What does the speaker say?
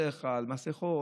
על מסכות,